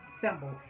symbol